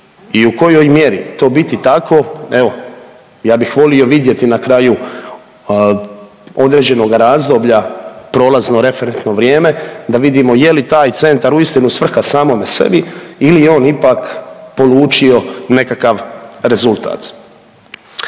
i u kojoj mjeri to biti tako evo ja bih volio vidjeti na kraju određenoga razdoblja prolazno referentno vrijeme da vidimo je li taj centar uistinu svrha samome sebi ili je on ipak polučio nekakav rezultat.